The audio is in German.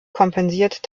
kompensiert